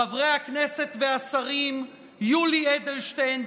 חברי הכנסת והשרים יולי אדלשטיין,